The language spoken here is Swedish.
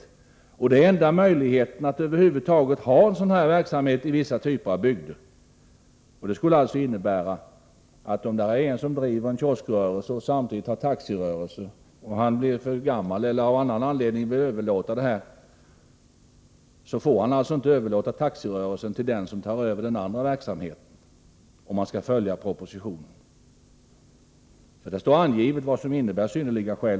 Det är den enda möjligheten att över huvud taget bedriva sådan här verksamhet i vissa typer av bygder. Om en person, som driver en kioskrörelse och samtidigt har taxirörelse, blir för gammal eller av någon annan anledning vill överlåta rörelsen, får han alltså inte överlåta taxirörelsen till den som övertar den andra verksamheten, om man skall följa propositionen. Där står angivet vad som avses med synnerliga skäl.